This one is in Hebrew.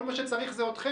כל מה שצריך זה אתכם.